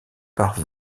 par